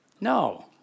No